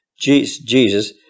Jesus